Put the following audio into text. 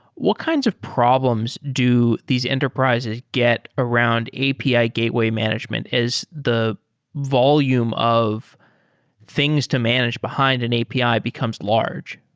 what kinds of problems do these enterprises get around api ah gateway management as the volume of things to manage behind an api becomes large?